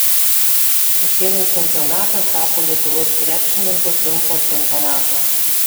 atėnų čempionatas tapo lietuvos krepšininkų triumfo čempionatu